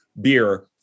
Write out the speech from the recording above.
beer